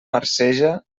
marceja